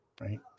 Right